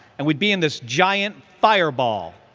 and we'd be in this giant fireball,